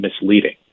misleading